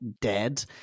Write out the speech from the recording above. dead